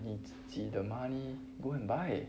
你自己的 money go and buy